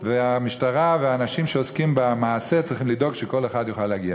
והמשטרה והאנשים שעוסקים במעשה צריכים לדאוג שכל אחד יוכל להגיע.